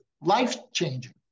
life-changing